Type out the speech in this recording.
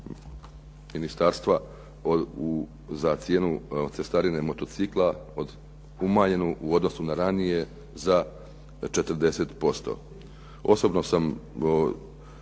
ministarstva za cijenu cestarine motocikla umanjenju u odnosu na ranije za 40%.